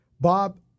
Bob